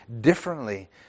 differently